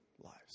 lives